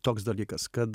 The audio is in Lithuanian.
toks dalykas kad